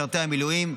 למשרתי המילואים.